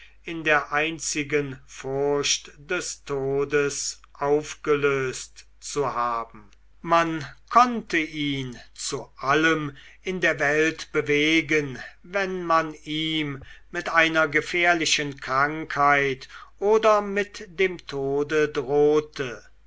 in der einzigen furcht des todes aufgelöst zu haben man konnte ihn zu allem in der welt bewegen wenn man ihm mit einer gefährlichen krankheit oder mit dem tode drohte